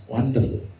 Wonderful